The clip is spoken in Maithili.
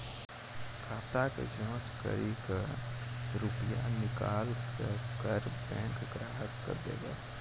खाता के जाँच करेब के रुपिया निकैलक करऽ बैंक ग्राहक के देब?